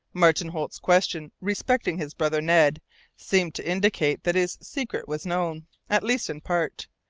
martin holt's questions respecting his brother ned seemed to indicate that his secret was known at least in part,